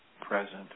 present